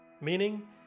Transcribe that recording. meaning